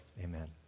amen